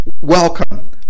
Welcome